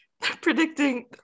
predicting